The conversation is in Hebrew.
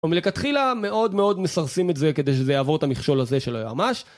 ומלכתחילה מאוד מאוד מסרסים את זה כדי שזה יעבור את המכשול הזה של היועמ"ש